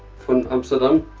from amsterdam